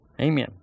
Amen